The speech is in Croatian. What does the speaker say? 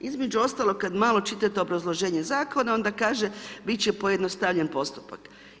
Između ostalog kad malo čitate obrazloženje zakona onda kaže biti će pojednostavljen postupak.